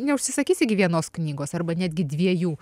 neužsisakysi gi vienos knygos arba netgi dviejų